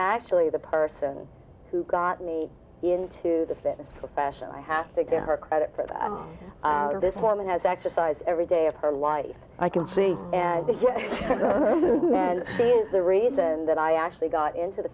actually the person who got me into the fitness professional i have to give her credit for that this woman has exercised every day of her life i can see and hear and see is the reason that i actually got into the